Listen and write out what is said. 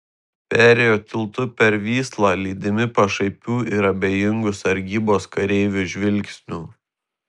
perėjo tiltu per vyslą lydimi pašaipių ir abejingų sargybos kareivių žvilgsnių